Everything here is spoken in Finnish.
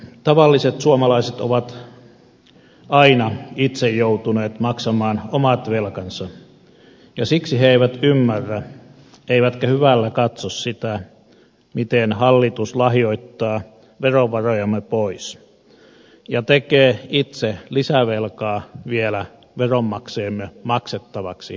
tavalliset suomalaiset ovat aina itse joutuneet maksamaan omat velkansa ja siksi he eivät ymmärrä eivätkä hyvällä katso sitä miten hallitus lahjoittaa verovarojamme pois ja tekee itse lisävelkaa vielä veronmaksajiemme maksettavaksi tulevaisuudessa